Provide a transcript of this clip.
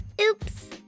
Oops